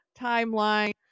timeline